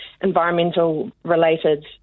environmental-related